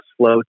slow